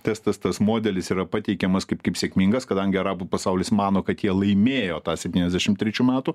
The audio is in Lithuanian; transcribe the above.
testas tas modelis yra pateikiamas kaip kaip sėkmingas kadangi arabų pasaulis mano kad jie laimėjo tą septyniasdešimt trečių metų